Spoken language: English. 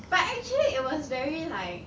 but actually it was very like